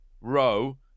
row